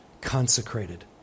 consecrated